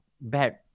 bad